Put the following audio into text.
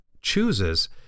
chooses